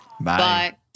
Bye